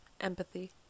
Empathy